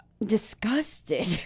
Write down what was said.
disgusted